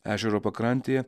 ežero pakrantėje